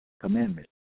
commandment